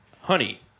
Honey